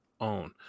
own